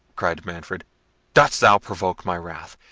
cried manfred dost thou provoke my wrath?